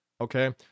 Okay